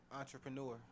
Entrepreneur